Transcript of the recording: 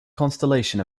constellation